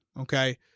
Okay